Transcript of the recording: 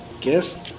guess